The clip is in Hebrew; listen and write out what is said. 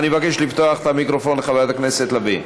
אני מבקש לפתוח את המיקרופון לחברת הכנסת לביא.